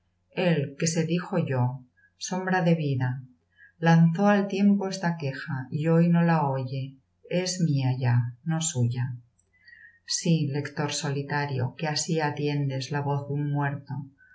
él que se dijo yo sombra de vida lanzó al tiempo esta queja y hoy no la oye es mía ya no suya sí lector solitario que así atiendes la yoz de un muerto